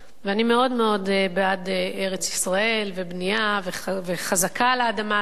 ואני מאוד מאוד בעד ארץ-ישראל ובנייה וחזקה על האדמה הזאת,